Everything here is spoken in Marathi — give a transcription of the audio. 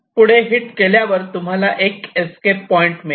पुढे हिट केल्यावर तुम्हाला एक एस्केप पॉईंट मिळेल